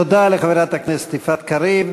תודה לחברת הכנסת יפעת קריב.